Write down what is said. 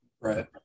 Right